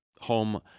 home